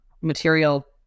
material